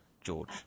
George